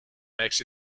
makes